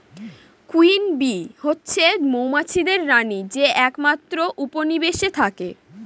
queen bee হচ্ছে মৌমাছিদের রানী যে একমাত্র উপনিবেশে থাকে